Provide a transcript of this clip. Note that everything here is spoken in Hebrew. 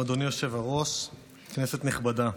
אדוני היושב-ראש, כנסת נכבדה,